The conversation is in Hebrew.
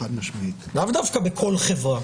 לאו דווקא בכל חברה